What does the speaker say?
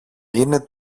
είναι